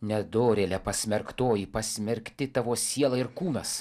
nedorėle pasmerktoji pasmerkti tavo siela ir kūnas